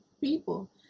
people